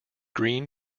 green